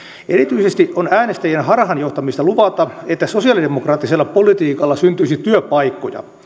erityisesti on äänestäjien harhaanjohtamista luvata että sosialidemokraattisella politiikalla syntyisi työpaikkoja